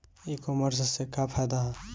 ई कामर्स से का फायदा ह?